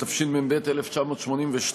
התשמ"ב 1982,